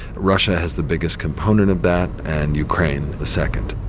russia has the biggest component of that and ukraine the second.